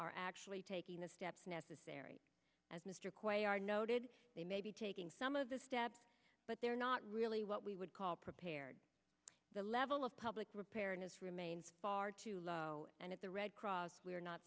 are actually taking the steps necessary as mr quaoar noted they may be taking some of the steps but they're not really what we would call prepare the levee all of public repair and his remains far too low and at the red cross we are not